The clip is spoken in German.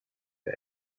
wir